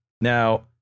Now